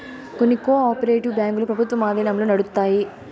కొన్ని cooperative బ్యాంకులు ప్రభుత్వం ఆధీనంలో నడుత్తాయి